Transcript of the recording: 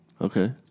Okay